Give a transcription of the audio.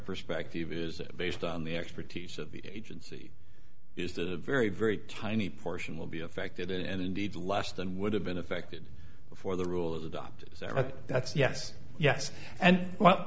perspective is based on the expertise of the agency is the very very tiny portion will be affected and indeed less than would have been affected before the rules adopted that's yes yes and